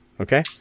Okay